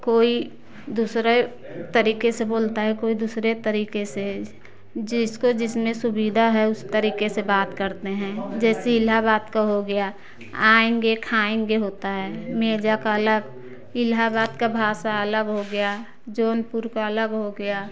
कोई दूसरे तरीके से बोलता है कोई दूसरे तरीके से जिसको जिसमें सुविधा है उस तरीके से बात करते हैं जैसी इलाहाबाद का हो गया आएँगे खाएँगे होता है मेजा का अलग इलाहाबाद का भाषा अलग हो गया जौनपुर का अलग हो गया